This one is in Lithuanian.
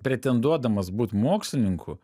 pretenduodamas būt mokslininku